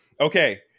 Okay